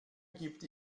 gibt